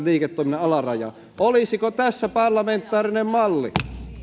liiketoiminnan alarajaa olisiko tässä parlamentaarinen malli